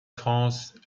france